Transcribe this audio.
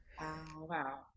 Wow